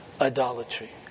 idolatry